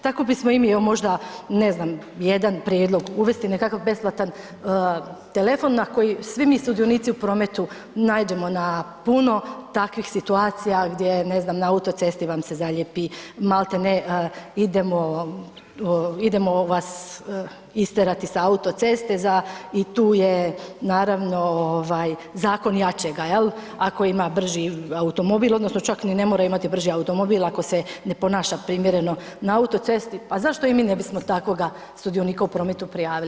Tako bismo i mi evo možda ne znam jedan prijedlog, uvesti nekakav besplatan telefon na koji svi mi sudionici u prometu naiđemo na puno takvih situacija, ne znam na autocesti vam se zalijepi maltene idemo vas istjerati sa autoceste i tu je naravno ovaj zakon jačega jel, ako ima brži automobil odnosno čak ni ne mora imati brži automobil, ako se ne ponaša primjereno na autocesti pa zašto i ne bismo takvoga sudionika u prometu prijavili.